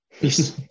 Yes